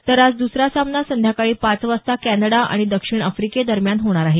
तर आज दुसरा सामना संध्याकाळी पाच वाजता कॅनडा आणि दक्षिण आफ्रीकेदरम्यान होणार आहे